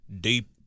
deep